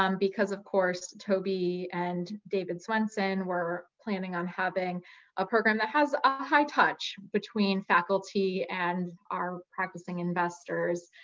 um because of course toby and david swensen were planning on having a program that has a high touch between faculty, and are practicing investors,